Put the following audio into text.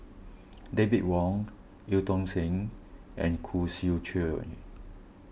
David Wong Eu Tong Sen and Khoo Swee Chiow